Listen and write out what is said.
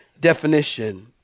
definition